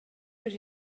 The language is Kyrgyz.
бир